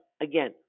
again